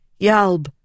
Yalb